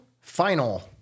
final